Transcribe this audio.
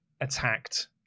attacked